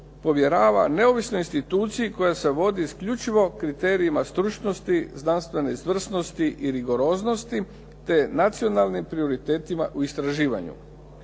povjerava neovisnoj instituciji koja se vodi isključivo kriterijima stručnosti, znanstvene izvrsnosti i rigoroznosti te nacionalnim prioritetima u istraživanju.